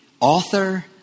author